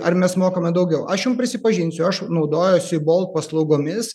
ar mes mokame daugiau aš jum prisipažinsiu aš naudojuosi bolt paslaugomis